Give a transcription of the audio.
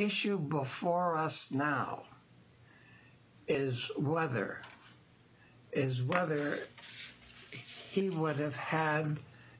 issue before us now is whether is whether he would have had